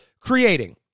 creating